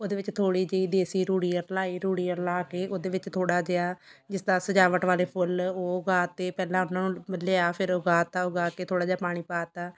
ਉਹਦੇ ਵਿੱਚ ਥੋੜ੍ਹੀ ਜਿਹੀ ਦੇਸੀ ਰੂੜੀ ਰਲਾਈ ਰੂੜੀ ਰਲਾ ਕੇ ਉਹਦੇ ਵਿੱਚ ਥੋੜ੍ਹਾ ਜਿਹਾ ਜਿਸ ਤਰ੍ਹਾਂ ਸਜਾਵਟ ਵਾਲੇ ਫੁੱਲ ਉਹ ਉਗਾ ਤੇ ਪਹਿਲਾਂ ਉਹਨਾਂ ਨੂੰ ਮ ਲਿਆ ਫਿਰ ਉਗਾ ਤਾ ਉਗਾ ਕੇ ਥੋੜ੍ਹਾ ਜਿਹਾ ਪਾਣੀ ਪਾ ਤਾ